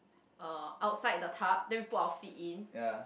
a outside the tub then we put our feet in